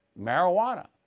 marijuana